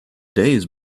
days